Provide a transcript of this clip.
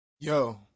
Yo